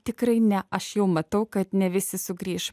tikrai ne aš jau matau kad ne visi sugrįš